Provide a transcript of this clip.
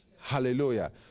Hallelujah